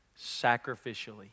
sacrificially